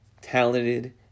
talented